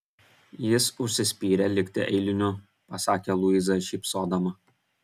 jis užsispyrė likti eiliniu pasakė luiza šypsodama